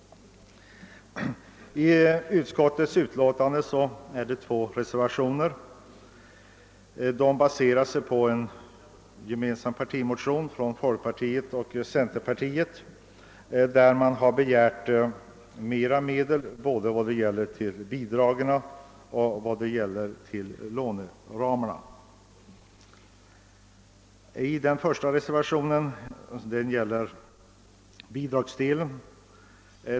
Vid utskottets utlåtande har fogats två reservationer. De baserar sig på en gemensam partimotion från folkpartiet och centerpartiet, vari begärts mera me del vad gäller både bidragen och låneramarna. Den första reservationen gäller bidragsdelen.